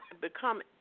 become